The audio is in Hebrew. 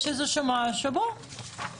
יש איזה משהו וכולי.